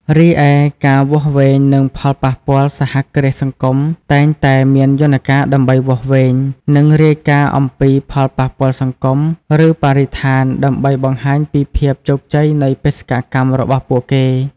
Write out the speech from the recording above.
រីឯការវាស់វែងនឹងផលប៉ះពាល់សហគ្រាសសង្គមតែងតែមានយន្តការដើម្បីវាស់វែង និងរាយការណ៍អំពីផលប៉ះពាល់សង្គម ឬបរិស្ថាន ដើម្បីបង្ហាញពីភាពជោគជ័យនៃបេសកកម្មរបស់ពួកគេ ។